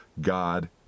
God